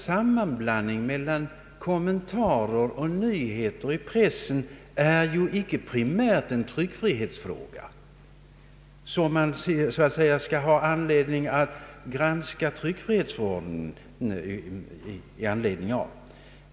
Sammanblandningen av kommentarer och nyheter i pressen är ju icke primärt en tryckfrihetsfråga och kan väl inte ge anledning till granskning av tryckfrihetsförordningen.